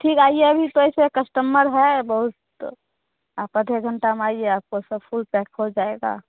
ठीक है आइए अभी तो ऐसे कस्टमर है बहुत आप आधा घंटा में आइए आपका सब फूल पैक हो जाएगा